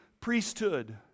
priesthood